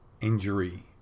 injury